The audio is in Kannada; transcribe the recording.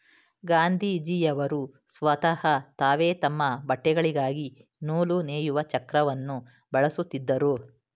ಗಾಂಧೀಜಿಯವರು ಸ್ವತಹ ತಾವೇ ತಮ್ಮ ಬಟ್ಟೆಗಳಿಗಾಗಿ ನೂಲು ನೇಯುವ ಚಕ್ರವನ್ನು ಬಳಸುತ್ತಿದ್ದರು